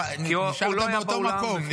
יוראי, נשארת באותו מקום.